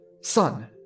son